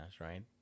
right